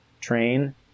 train